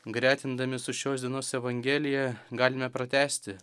gretindami su šios dienos evangelija galime pratęsti